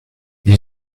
gli